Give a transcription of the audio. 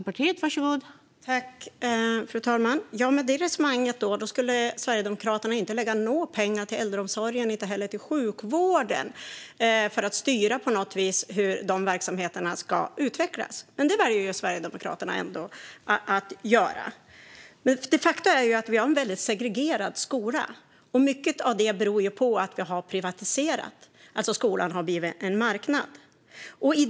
Fru talman! Med det resonemanget skulle Sverigedemokraterna inte lägga några pengar på äldreomsorgen eller sjukvården för att styra hur verksamheterna ska utvecklas. Det väljer dock Sverigedemokraterna ändå att göra. Vi har de facto en väldigt segregerad skola. Mycket av det beror på att det har privatiserats och att skolan har blivit en marknad.